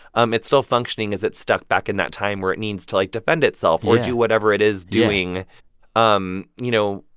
um it's still functioning as it's stuck back in that time where it needs to, like, defend itself or do whatever it is doing um you know,